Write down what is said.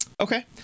okay